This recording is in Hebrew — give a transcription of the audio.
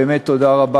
באמת תודה רבה,